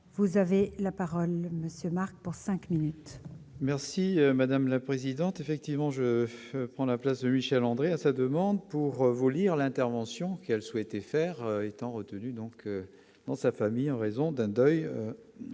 vous avez la parole monsieur Marc pour 5 minutes. Merci madame la présidente, effectivement, je prends la place de Michèle André, à sa demande pour vous lire l'intervention qu'elle souhaitait faire étant retenu donc dans sa famille en raison d'un deuil